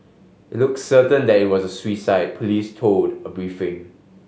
it looks certain that it was a suicide police told a briefing